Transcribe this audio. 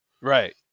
right